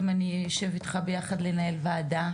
אם אני אשב אתך ביחד לנהל ועדה.